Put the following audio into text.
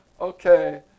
Okay